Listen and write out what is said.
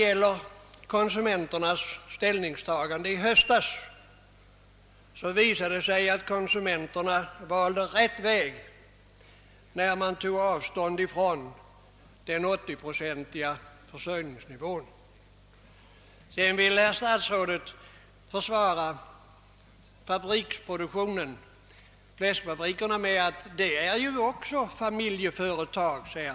Och vid konsumenternas eget ställningstagande i höstas visade det sig att de valde rätt väg när de tog avstånd ifrån den 80 procentiga försörjningsnivån. Statsrådet ville försvara den fabriksmässiga produktionen med att den även gäller familjeföretag.